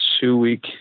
two-week